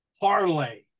parlay